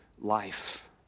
life